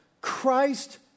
Christ